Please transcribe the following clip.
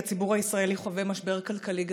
הציבור הישראלי חווה משבר כלכלי גדול,